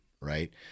Right